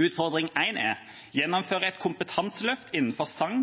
Utfordring 1: Gjennomføre et kompetanseløft innenfor sang